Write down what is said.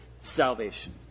salvation